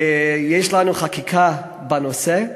ויש לנו חקיקה בנושא.